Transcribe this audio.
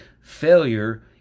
failure